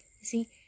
see